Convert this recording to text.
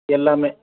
எல்லாமே